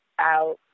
out